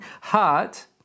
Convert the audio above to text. heart